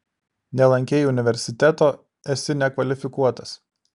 nelankei universiteto esi nekvalifikuotas